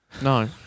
No